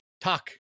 talk